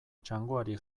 txangoari